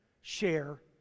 share